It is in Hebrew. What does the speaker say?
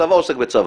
הצבא עוסק בצבא,